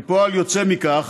כפועל יוצא מכך,